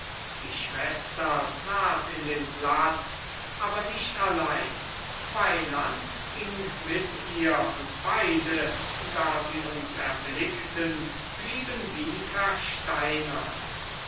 die schwester trat in den platz aber nicht allein weyland ging mit ihr und beide da sie uns erblickten blieben wie versteinert